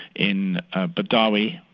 in ah baddawi,